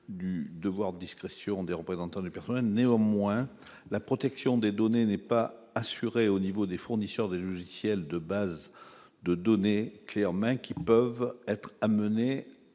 du devoir de discrétion des représentants du personnel. Néanmoins, la protection des données n'est pas assurée au niveau des fournisseurs de logiciels de bases de données « clef en main » qui peuvent être amenés